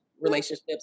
relationships